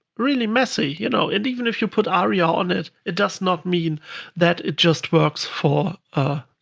really messy. you know and even if you put aria on it, it does not mean that it just works for